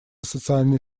социальной